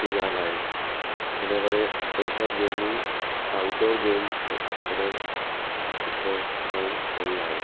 सुठी ॻाल्हि आहे इन करे इहे सभु गेमूं आउटडोर गेम्स खेॾण सुठो ऐं सही आहे